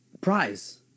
prize